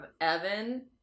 Evan